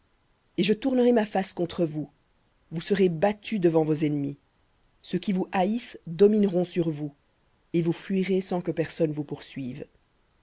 et je tournerai ma face contre vous vous serez battus devant vos ennemis ceux qui vous haïssent domineront sur vous et vous fuirez sans que personne vous poursuive